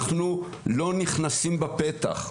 אנחנו לא נכנסים בפתח,